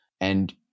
And-